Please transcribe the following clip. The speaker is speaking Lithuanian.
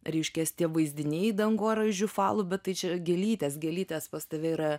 reiškias tie vaizdiniai dangoraižių falų bet tai čia gėlytės gėlytės pas tave yra